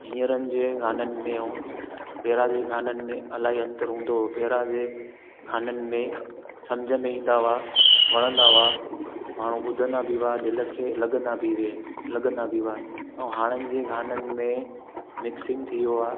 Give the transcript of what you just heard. हींअरनि जे गाननि में ऐं पहिरां जे गाननि में इलाही अंतर हूंदो हुओ पहिरां जे गाननि में समुझ में ईंदा हुआ वणंदा हुआ माण्हू ॿुधंदा बि हुआ दिलि खे लगंदा बि उहे लॻंदा हुआ बि ऐं हाणनि जे गाननि में मिक्सिंग थी वियो आहे